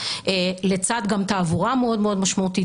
לצד גם תעבורה מאוד משמעותית.